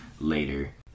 later